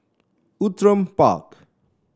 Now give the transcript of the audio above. Outram Park